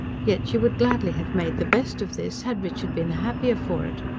yet, she would gladly have made the best of this, had richard been the happier for it.